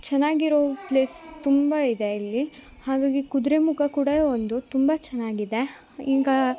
ಚನ್ನಾಗಿರೋ place ತುಂಬ ಇದೆ ಇಲ್ಲಿ ಹಾಗಾಗಿ ಕುದ್ರೆಮುಖ ಕೂಡ ಒಂದು ತುಂಬ ಚೆನ್ನಾಗಿದೆ ಈಗ